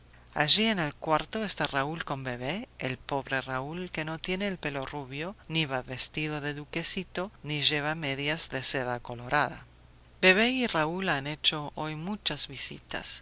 allí en el cuarto está raúl con bebé el pobre raúl que no tiene el pelo rubio ni va vestido de duquecito ni lleva medías de seda colorada bebé y raúl han hecho hoy muchas visitas